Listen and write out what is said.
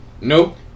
Nope